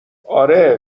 آره